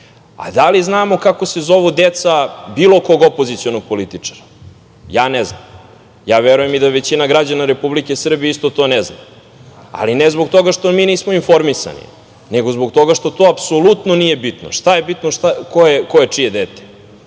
Da li znamo kako se zovu deca bilo kog opozicionog političara? Ja ne znam. Verujem i da većina građana Republike Srbije isto to ne zna, ali ne zbog toga što mi nismo informisani, nego zbog toga što to apsolutno nije bitno. Šta je bitno ko je čije dete?